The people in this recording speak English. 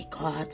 God